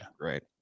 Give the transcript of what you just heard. Right